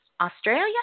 Australia